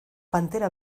pantera